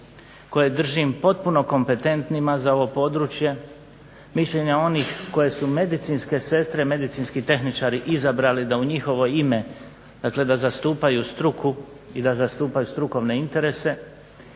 koje držim potpuno kompetentnima za ovo područje, mišljenja onih koje su medicinske sestre, medicinski tehničari izabrali da u njihovo ime dakle da zastupaju struku i da zastupaju strukovne interese